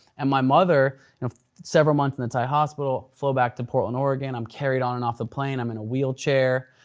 and my mother, several months in the thai hospital, flew back to portland, oregon, i'm carried on and off the plane, i'm in a wheelchair.